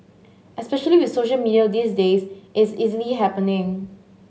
especially with social media these days it's easily happening